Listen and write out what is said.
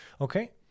okay